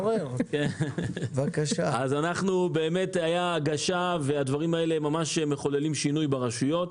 אז באמת היתה הגשה והדברים האלה ממש מחוללים שינוי ברשויות.